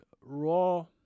Raw